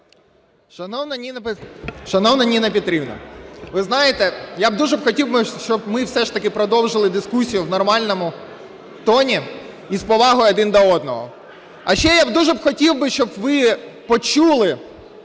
Шановна Ніна Петрівна, ви знаєте, я б дуже хотів, щоб ми все ж таки продовжили дискусію у нормальному тоні і з повагою один до одного. А ще я дуже хотів, щоб ви почули,